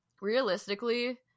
realistically